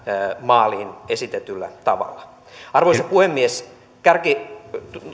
maaliin esitetyllä tavalla arvoisa puhemies